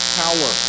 power